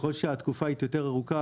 ככל שהתקופה היא יותר ארוכה,